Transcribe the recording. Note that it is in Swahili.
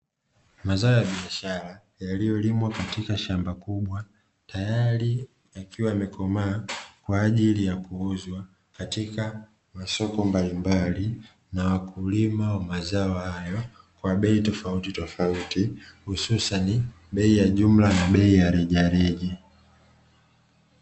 Mazao ya biashara yalliyolimwa katika shamba kubwa, tayari yakiwa yamekomaa kwa ajili ya kuuzwa katika masoko mbalimbali na wakulima wa mazao hayo, kwa bei tofautitofauti hususani bei ya jumla na bei ya rejareja.